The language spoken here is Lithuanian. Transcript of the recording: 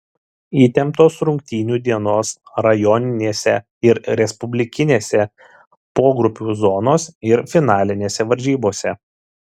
įtemptos rungtynių dienos rajoninėse ir respublikinėse pogrupių zonos ir finalinėse varžybose